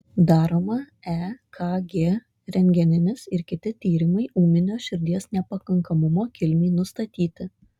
daroma ekg rentgeninis ir kiti tyrimai ūminio širdies nepakankamumo kilmei nustatyti